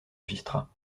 enregistra